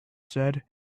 said